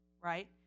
right